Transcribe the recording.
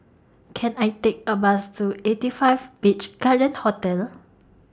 Can I Take A Bus to eighty five Beach Garden Hotel